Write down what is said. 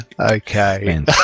Okay